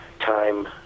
time